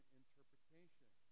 interpretation